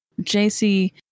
JC